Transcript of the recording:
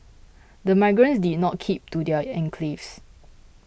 the migrants did not keep to their enclaves